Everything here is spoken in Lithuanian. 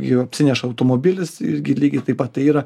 irgi apsineša automobilis irgi lygiai taip pat tai yra